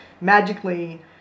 magically